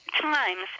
times